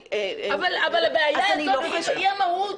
לגבי --- אבל הבעיה הזאת היא המהות,